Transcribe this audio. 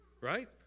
right